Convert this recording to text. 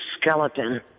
skeleton